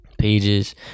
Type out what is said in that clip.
pages